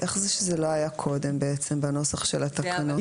איך זה לא היה קודם בנוסח של התקנות?